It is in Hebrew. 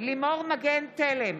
לימור מגן תלם,